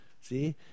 See